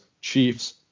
Chiefs